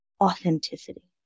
authenticity